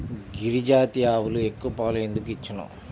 గిరిజాతి ఆవులు ఎక్కువ పాలు ఎందుకు ఇచ్చును?